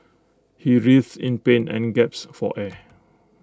he writhed in pain and gaps for air